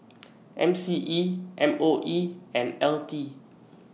M C E M O E and L T